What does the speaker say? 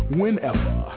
whenever